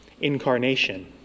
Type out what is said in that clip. incarnation